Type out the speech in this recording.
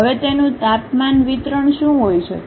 હવે તેનું તાપમાન વિતરણ શું હોઈ શકે